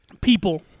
people